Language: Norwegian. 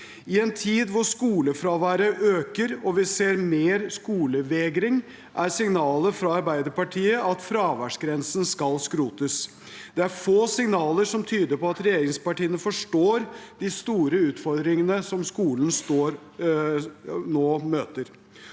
I en tid der skolefraværet øker og vi ser mer skolevegring, er signalet fra Arbeiderpartiet at fraværsgrensen skal skrotes. Det er få signaler som tyder på at regjeringspartiene forstår de store utfordringene som skolen nå møter.